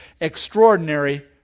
extraordinary